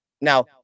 Now